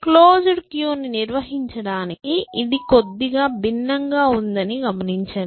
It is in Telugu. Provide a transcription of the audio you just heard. క్లోజ్డ్ క్యూను నిర్వహించడానికి ఇది కొద్దిగా భిన్నంగా ఉందని గమనించండి